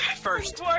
First